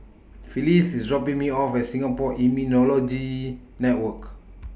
Felice IS dropping Me off At Singapore Immunology Network